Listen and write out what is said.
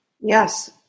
Yes